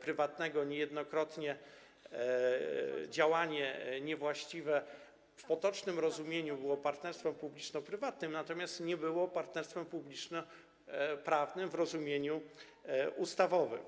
prywatnego, niejednokrotnie działanie niewłaściwe, w potocznym rozumieniu było partnerstwem publiczno-prywatnym, natomiast nie było partnerstwem publiczno-prywatnym w rozumieniu ustawowym.